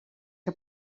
que